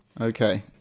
Okay